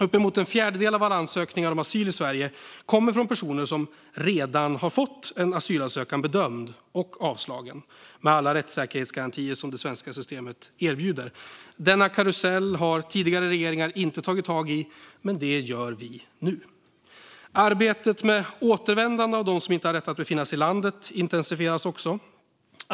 Uppemot en fjärdedel av alla ansökningar om asyl i Sverige kommer från personer som redan fått en asylansökan bedömd och avslagen, med alla rättssäkerhetsgarantier som det svenska systemet erbjuder. Denna karusell har tidigare regeringar inte tagit tag i, men det gör vi nu. Arbetet med återvändande när det gäller dem som inte har rätt att befinna sig i landet intensifieras också.